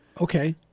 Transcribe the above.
Okay